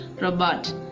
Robot